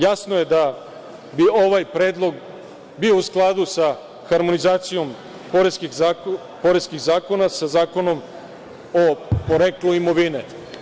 Jasno je da bi ovaj predlog bio u skladu sa harmonizacijom poreskih zakona, sa zakonom o poreklu imovine.